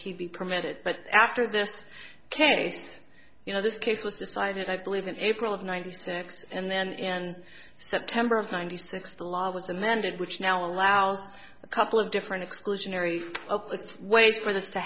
he be permitted but after this case you know this case was decided i believe in april of ninety six and then in september of ninety six the law was amended which now allows a couple of different exclusionary ways for this to